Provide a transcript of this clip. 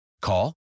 Call